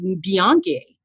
Bianchi